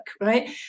right